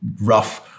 rough